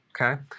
okay